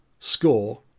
score